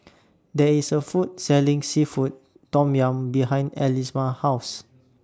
There IS A Food Selling Seafood Tom Yum behind House